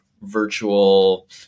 virtual